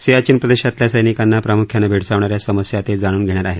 सियाचिन प्रदेशातल्या सैनिकांना प्रामुख्यानं भेडसावणा या समस्या ते जाणून घेणार आहेत